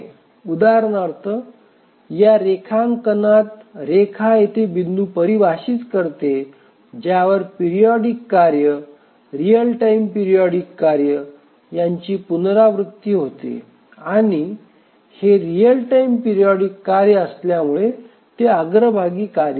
उदाहरणार्थ या रेखांकनात रेखा येथे बिंदू परिभाषित करते ज्यावर पेरिओडिक कार्य रिअल टाइम पेरिओडिक कार्य यांची पुनरावृत्ती होते आणि हे रिअल टाइम पेरिओडिक कार्य असल्यामुळे ते अग्रभागी कार्य आहे